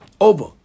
over